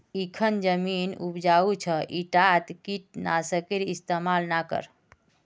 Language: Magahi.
इखन जमीन उपजाऊ छ ईटात कीट नाशकेर इस्तमाल ना कर